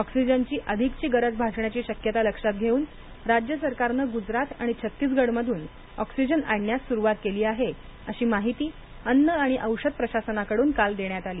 ऑक्सिजनची अधिकची गरज भासण्याची शक्यता लक्षात घेऊन राज्य सरकारनं गूजरात आणि छत्तीसगडमधून ऑक्सिजन आणण्यास सुरुवात केली आहे अशी माहिती अन्न आणि औषध प्रशासनाकडून काल देण्यात आली